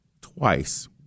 twice